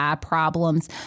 problems